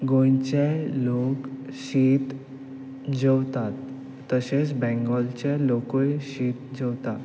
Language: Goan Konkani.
गोंयचे लोक शीत जेवतात तशेंच बेंगोलचे लोकूय शीत जेवता